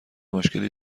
مشکلی